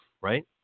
right